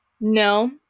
No